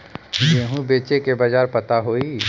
गेहूँ बेचे के बाजार पता होई?